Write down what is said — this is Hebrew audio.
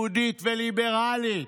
יהודית וליברלית,